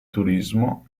turismo